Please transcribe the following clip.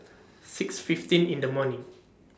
six fifteen in The morning